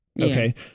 Okay